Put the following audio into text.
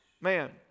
Man